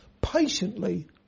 patiently